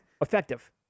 Effective